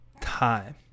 time